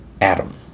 Adam